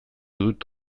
dut